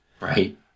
Right